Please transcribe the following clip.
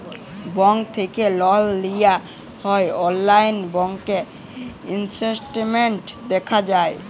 bank থ্যাকে লল লিয়া হ্যয় অললাইল ব্যাংক ইসট্যাটমেল্ট দ্যাখা যায়